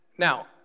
Now